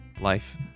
life